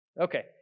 Okay